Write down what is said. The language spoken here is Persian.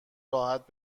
راحت